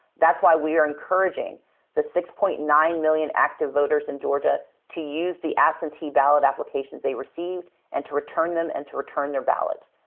that's why we are encouraging the six. nine million active voters in georgia to use the absentee ballot applications they received and to return them and to return their ballot.